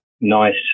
nice